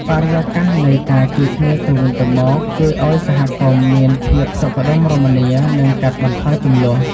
បរិយាកាសនៃការជួយគ្នាទៅវិញទៅមកជួយឲ្យសហគមន៍មានភាពសុខដុមរមនា និងកាត់បន្ថយជម្លោះ។